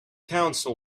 counsel